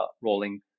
rolling